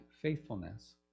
faithfulness